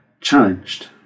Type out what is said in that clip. challenged